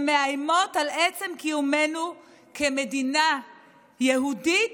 שמאיימות אל עצם קיומנו כמדינה יהודית,